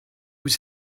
was